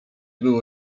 było